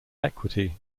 equity